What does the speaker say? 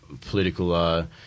political –